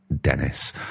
Dennis